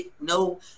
No